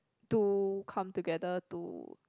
do come together to